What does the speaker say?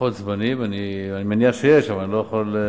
לוחות זמנים, אני מניח שיש, אבל אני לא יודע.